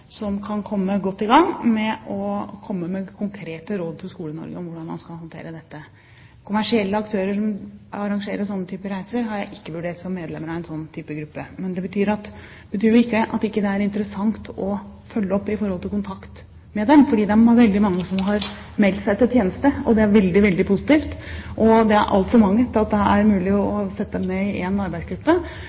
som kan komme godt i gang med å gi konkrete råd til Skole-Norge om hvordan man skal håndtere dette. Kommersielle aktører som arrangerer en slik type reise, har jeg ikke vurdert som medlemmer av en slik gruppe. Men det betyr jo ikke at det ikke er interessant å følge opp og ha kontakt med dem, for de har veldig mange som har meldt seg til tjeneste, og det er veldig, veldig positivt. Det er altfor mange til at det er mulig å sette dem i en arbeidsgruppe.